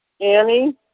Annie